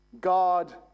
God